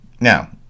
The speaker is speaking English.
now